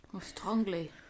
strongly